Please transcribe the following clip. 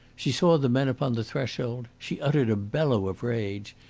she saw the men upon the threshold. she uttered a bellow of rage.